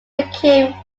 became